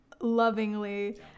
lovingly